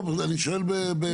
אני שואל בתקווה.